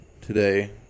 today